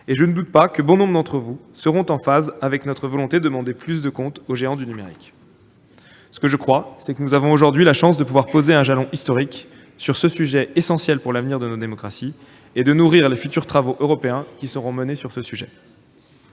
-et je ne doute pas que bon nombre d'entre vous seront en phase avec notre volonté de demander plus de comptes aux géants du numérique. Nous avons aujourd'hui la chance de pouvoir poser un jalon historique sur ce sujet essentiel pour l'avenir de nos démocraties et de nourrir les futurs travaux européens qui seront menés sur ces sujets.